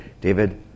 David